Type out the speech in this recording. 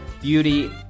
beauty